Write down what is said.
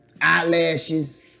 eyelashes